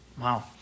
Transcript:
Wow